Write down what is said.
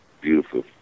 beautiful